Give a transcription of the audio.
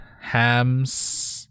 Ham's